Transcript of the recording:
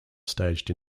staged